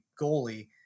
goalie